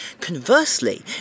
Conversely